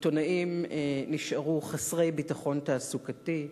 עיתונאים נשארו חסרי ביטחון תעסוקתי,